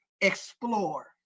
explore